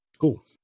Cool